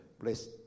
Bless